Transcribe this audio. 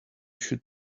should